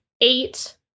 eight